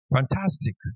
Fantastic